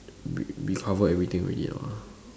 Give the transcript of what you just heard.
we we cover everything already ah